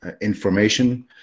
information